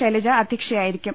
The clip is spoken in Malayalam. ശൈലജ അധ്യക്ഷയായിരിക്കും